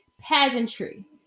peasantry